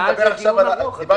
היה על זה דיון ארוך.